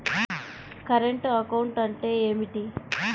Current account అంటే ఏమిటి?